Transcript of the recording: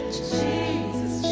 Jesus